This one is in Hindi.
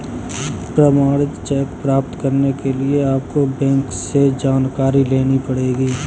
प्रमाणित चेक प्राप्त करने के लिए आपको बैंक से जानकारी लेनी पढ़ेगी